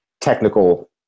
technical